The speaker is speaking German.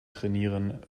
trainieren